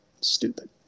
stupid